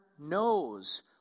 knows